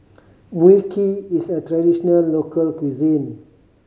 Mui Kee is a traditional local cuisine